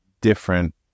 different